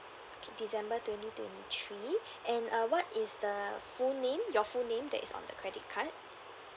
okay december twenty twenty three and uh what is the full name your full name that is on the credit card